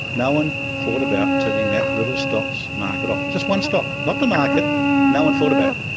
no one thought about turning that little stock's market off just one stock, not the market no one thought about it.